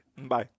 Bye